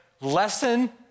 lesson